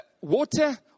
Water